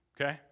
Okay